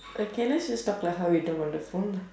okay let's just talk like how we talk on the phone lah